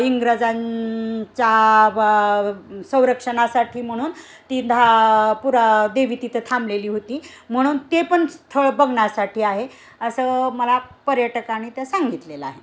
इंग्रजांच्या संरक्षणासाठी म्हणून ती धा पुरा देवी तिथं थांबलेली होती म्हणून ते पण स्थळ बघण्यासाठी आहे असं मला पर्यटकाने त्या सांगितलेलं आहे